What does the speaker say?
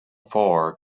far